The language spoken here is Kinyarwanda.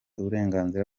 uburenganzira